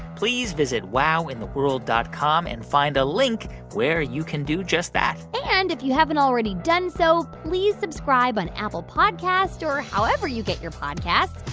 please visit wowintheworld dot com and find a link where you can do just that and if you haven't already done so, please subscribe on apple podcasts or however you get your podcasts.